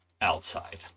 outside